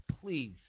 Please